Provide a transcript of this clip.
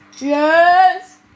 Yes